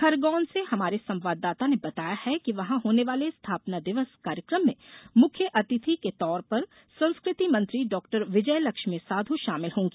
खरगोन से हमारे संवाददाता ने बताया है कि वहां होने वाले स्थापना दिवस कार्यक्रम में मुख्य अतिथि के तौर पर संस्कृति मंत्री डॉ विजय लक्ष्मी साधौ शामिल होंगी